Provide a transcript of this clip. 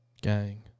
gang